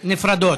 נפרדות.